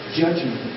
judgment